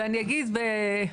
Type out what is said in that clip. ואני אגיד בעדינות,